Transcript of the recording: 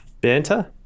banter